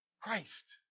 Christ